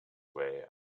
way